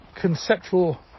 conceptual